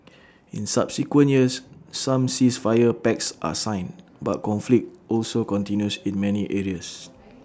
in subsequent years some ceasefire pacts are signed but conflict also continues in many areas